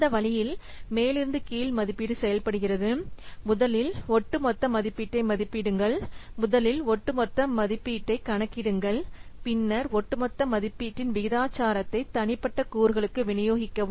இந்த வழியில் மேலிருந்து கீழ் மதிப்பீடு செயல்படுகிறது முதலில் ஒட்டுமொத்த மதிப்பீட்டை மதிப்பிடுங்கள் முதலில் ஒட்டுமொத்த மதிப்பீட்டைக் கணக்கிடுங்கள் பின்னர் ஒட்டுமொத்த மதிப்பீட்டின் விகிதாச்சாரத்தை தனிப்பட்ட கூறுகளுக்கு விநியோகிக்கவும்